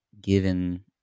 given